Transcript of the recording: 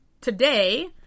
today